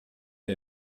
der